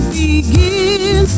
begin